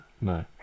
no